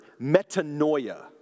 metanoia